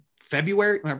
February